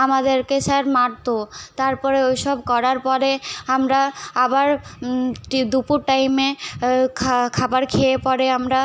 আমাদেরকে স্যার মারতো তারপরে ওই সব করার পরে আমরা আবার টি দুপুর টাইমে খা খাবার খেয়ে পরে আমরা